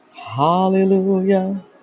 Hallelujah